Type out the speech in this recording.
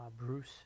Bruce